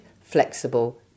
flexible